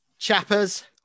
Chappers